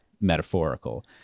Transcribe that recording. metaphorical